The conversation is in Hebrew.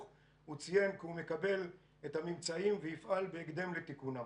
הוא ציין כי הוא מקבל את הממצאים ויפעל בהקדם לתיקונם.